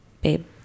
babe